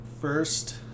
first